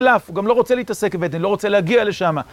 הוא גם לא רוצה להתעסק בדן, לא רוצה להגיע לשם.